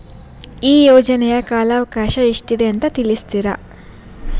ಈ ಯೋಜನೆಯ ಕಾಲವಕಾಶ ಎಷ್ಟಿದೆ ಅಂತ ತಿಳಿಸ್ತೀರಾ?